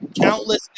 countless